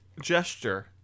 gesture